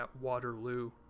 Waterloo